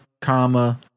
comma